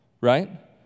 right